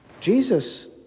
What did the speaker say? Jesus